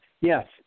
Yes